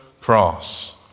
cross